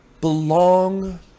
belong